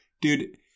dude